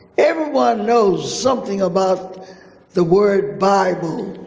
everyone knows something about the word bible.